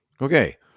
Okay